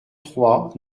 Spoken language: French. trois